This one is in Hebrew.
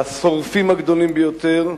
לשורפים הגדולים ביותר,